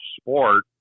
sport